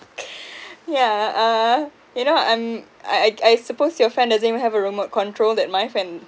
yeah uh you know and I I I suppose your fan doesn't even have a remote control that my fan